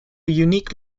unique